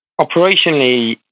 Operationally